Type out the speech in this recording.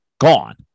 gone